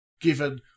given